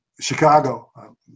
Chicago